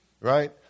right